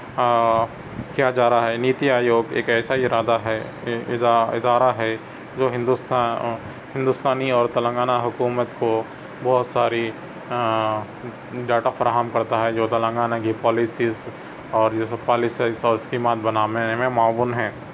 کیا جا رہا ہے نیتی آیوگ ایک ایسا ارادہ ہے ادا ادارہ ہے جو ہندوستان ہندوستانی اور تلنگانہ حکومت کو بہت ساری ڈاٹا فراہم کرتا ہے جو تلنگانہ کی پالوسیز اور جو ہے سو پالیسیز اور اس کی مد بنانے میں معاون ہے